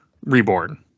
reborn